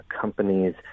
companies